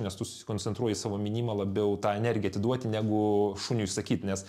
nes tu susikoncentruoji į savo minimą labiau tą energiją atiduoti negu šuniui sakyt nes